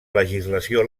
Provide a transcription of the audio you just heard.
legislació